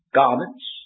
garments